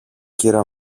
κυρα